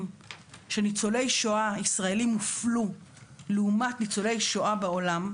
שניצולי שואה ישראלים הופלו לעומת ניצולי שואה בעולם,